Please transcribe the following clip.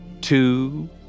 two